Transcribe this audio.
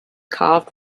carved